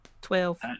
Twelve